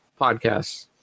podcasts